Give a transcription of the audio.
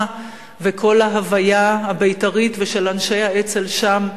וכל ההוויה הבית"רית ושל אנשי האצ"ל שם,